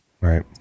right